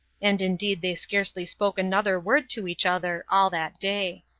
and indeed they scarcely spoke another word to each other all that day.